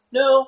no